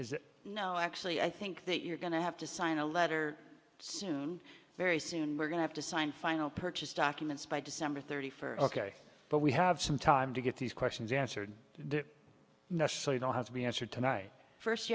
that no actually i think that you're going to have to sign a letter soon very soon we're going to have to sign final purchase documents by december thirty first ok but we have some time to get these questions answered now so you don't have to be answered tonight first